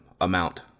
amount